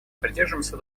придерживаемся